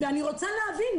ואני רוצה להבין,